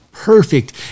Perfect